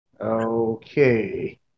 Okay